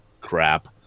crap